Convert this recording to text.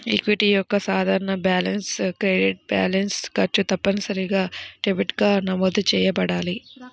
equity యొక్క సాధారణ balance credit balance, ఖర్చు తప్పనిసరిగా డెబిట్గా నమోదు చేయబడాలి